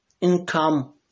income